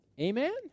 amen